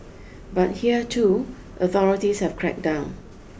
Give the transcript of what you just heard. but here too authorities have crack down